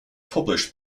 published